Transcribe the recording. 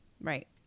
Right